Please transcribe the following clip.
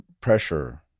pressure